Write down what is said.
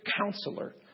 counselor